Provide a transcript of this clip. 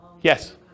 Yes